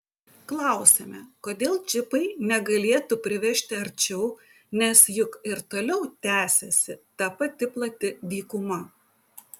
klausiame kodėl džipai negalėtų privežti arčiau nes juk ir toliau tęsiasi ta pati plati dykuma